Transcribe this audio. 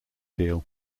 deal